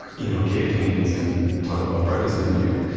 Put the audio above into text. you know cave paintings and taco bell breakfast menu,